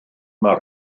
mae